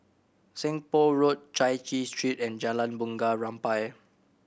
Seng Poh Road Chai Chee Street and Jalan Bunga Rampai